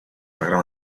программ